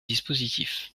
dispositif